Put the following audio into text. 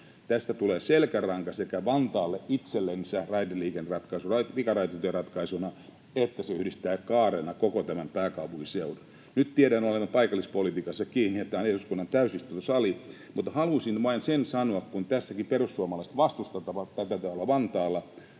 Tästä tulee selkäranka Vantaalle itsellensä pikaraitiotieratkaisuna, ja se yhdistää kaarena koko pääkaupunkiseudun. Nyt tiedän olevani paikallispolitiikassa kiinni, ja tämä on eduskunnan täysistuntosali, mutta halusin vain sen sanoa, kun tässäkin perussuomalaiset vastustavat tätä Vantaalla